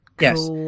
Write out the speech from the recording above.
Yes